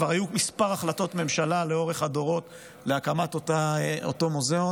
כבר היו כמה החלטות ממשלה לאורך הדורות להקמת אותו מוזיאון.